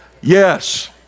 Yes